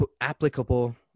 applicable